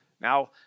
Now